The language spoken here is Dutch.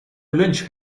lunch